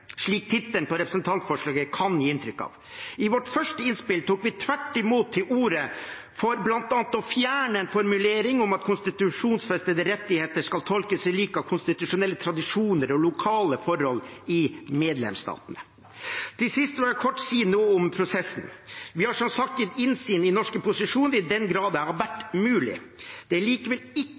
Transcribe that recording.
slik tittelen på representantforslaget kan gi inntrykk av. I vårt første innspill tok vi tvert imot til orde for bl.a. å fjerne en formulering om at konstitusjonsfestede rettigheter skal tolkes i lys av konstitusjonelle tradisjoner og lokale forhold i medlemsstatene. Til sist vil jeg kort si noe om prosessen: Vi har som sagt gitt innsyn i den norske posisjonen i den grad det har vært mulig. Det er likevel ikke